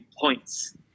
points